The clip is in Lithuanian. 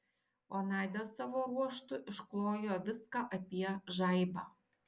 o nadia savo ruožtu išklojo viską apie žaibą